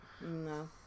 No